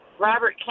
Robert